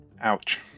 Ouch